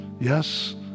yes